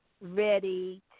ready